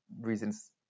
reasons